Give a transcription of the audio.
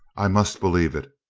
i must believe it.